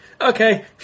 Okay